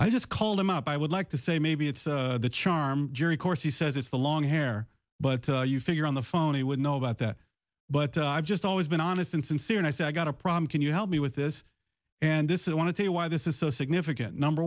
i just called him up i would like to say maybe it's the charm jury course he says it's the long hair but you figure on the phone he would know about that but i've just always been honest and sincere and i say i got a problem can you help me with this and this is i want to tell you why this is so significant number